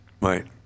Right